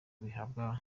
bihabwa